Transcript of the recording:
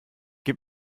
gib